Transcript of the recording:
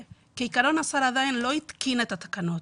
כעיקרון השר עדיין לא התקין את התקנות,